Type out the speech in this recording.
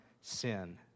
sin